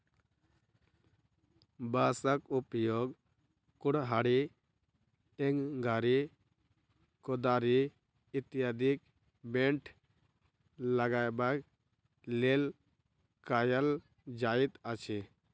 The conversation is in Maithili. बाँसक उपयोग कुड़हड़ि, टेंगारी, कोदारि इत्यादिक बेंट लगयबाक लेल कयल जाइत अछि